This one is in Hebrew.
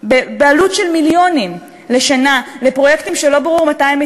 בעלות של מיליונים לשנה לפרויקטים שלא ברור מתי הם מתקיימים.